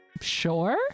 sure